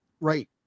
right